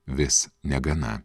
vis negana